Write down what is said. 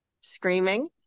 screaming